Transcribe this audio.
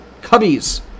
Cubbies